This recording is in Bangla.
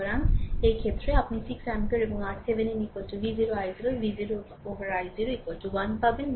সুতরাং এই ক্ষেত্রে আপনি 6 এম্পিয়ার এবং RThevenin V0 i0 V0 এর উপর i0 1 পাবেন